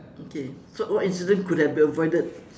okay so what incident could have been avoided